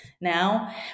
now